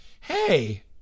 hey